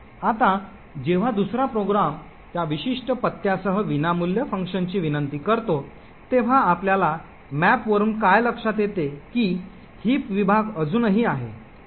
आता जेव्हा दुसरा प्रोग्राम त्या विशिष्ट पत्त्यासह विनामूल्य फंक्शनची विनंती करतो तेव्हा आपल्याला मॅपवरून काय लक्षात येते की हिप विभाग अजूनही आहे